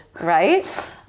Right